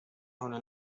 هنا